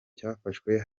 cyafashwe